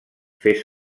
fes